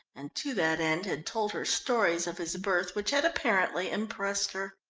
and to that end had told her stories of his birth which had apparently impressed her.